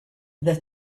the